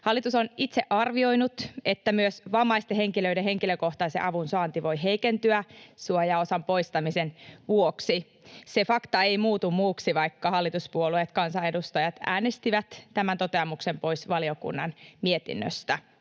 Hallitus on itse arvioinut, että myös vammaisten henkilöiden henkilökohtaisen avun saanti voi heikentyä suojaosan poistamisen vuoksi. Se fakta ei muutu muuksi, vaikka hallituspuolueet, kansanedustajat, äänestivät tämän toteamuksen pois valiokunnan mietinnöstä.